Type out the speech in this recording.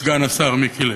סגן השר מיקי לוי.